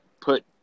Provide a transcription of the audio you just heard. put